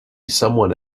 someone